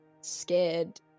scared